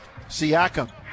Siakam